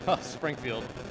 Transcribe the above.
Springfield